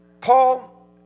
Paul